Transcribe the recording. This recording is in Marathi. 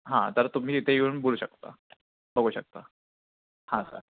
हा तर तुम्ही इथे येऊन बोलू शकता बघू शकता हा सर